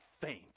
faint